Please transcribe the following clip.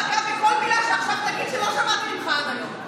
בכל מילה שעכשיו תגיד, שלא שמעתי ממך עד היום.